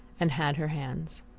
and had her hands.